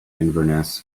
inverness